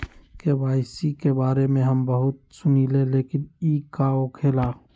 KYC के बारे में हम बहुत सुनीले लेकिन इ का होखेला?